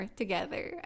together